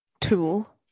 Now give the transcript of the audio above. tool